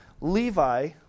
Levi